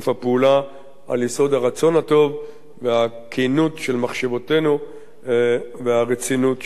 על יסוד הרצון הטוב והכנות של מחשבותינו והרצינות של גישתנו.